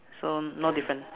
so no difference